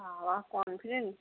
বাবা কনফিডেন্ট